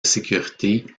sécurité